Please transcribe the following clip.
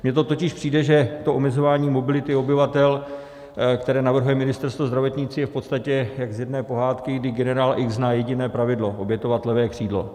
Mně to totiž přijde, že omezování mobility obyvatel, které navrhuje Ministerstvo zdravotnictví, je v podstatě jak z jedné pohádky, kdy generál X zná jediné pravidlo: obětovat levé křídlo.